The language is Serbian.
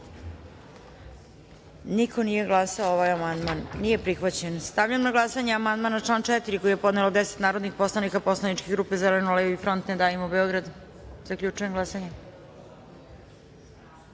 niko. Konstatujem da amandman nije prihvaćen. Stavljam na glasanje amandman na član 37. koji je podnelo 10 narodnih poslanika poslaničke grupe Zeleno-levi front - Ne davimo Beograd. Zaključujem glasanje: